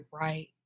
right